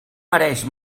mereix